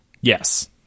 Yes